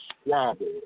squabble